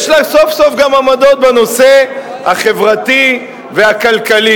יש לה סוף-סוף גם עמדות בנושא החברתי והכלכלי.